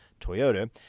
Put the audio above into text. Toyota